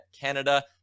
Canada